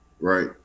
right